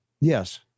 Yes